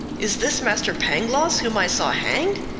is this master pangloss whom i saw hanged?